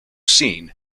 seen